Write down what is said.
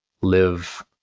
live